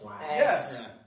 Yes